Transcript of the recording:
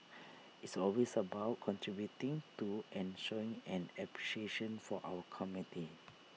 it's always about contributing to and showing an appreciation for our community